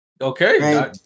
Okay